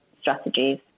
strategies